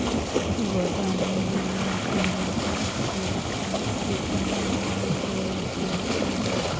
गोदाम मे नमी की मात्रा कितना होबे के चाही?